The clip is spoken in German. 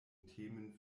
themen